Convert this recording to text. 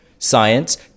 Science